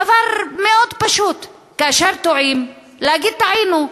דבר מאוד פשוט: כאשר טועים, להגיד "טעינו".